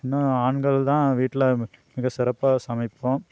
இன்னும் ஆண்கள் தான் வீட்டில் மிக சிறப்பாக சமைப்போம்